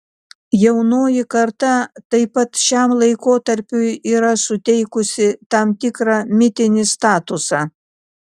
jaunoji karta taip pat šiam laikotarpiui yra suteikusi tam tikrą mitinį statusą